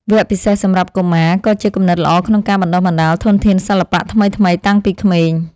វគ្គពិសេសសម្រាប់កុមារក៏ជាគំនិតល្អក្នុងការបណ្ដុះបណ្ដាលធនធានសិល្បៈថ្មីៗតាំងពីក្មេង។